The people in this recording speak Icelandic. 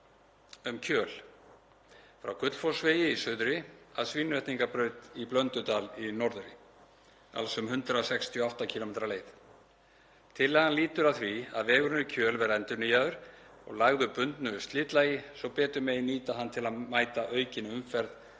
um Kjöl, frá Gullfossvegi í suðri að Svínvetningabraut í Blöndudal í norðri, alls um 168 km leið. Tillagan lýtur að því að vegurinn yfir Kjöl verði endurnýjaður og lagður bundnu slitlagi svo betur megi nýta hann til að mæta aukinni umferð